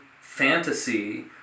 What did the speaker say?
fantasy